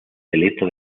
delito